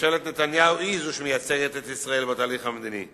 שממשלת נתניהו היא זו שמייצגת את ישראל בתהליך המדיני,